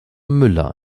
müller